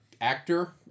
actor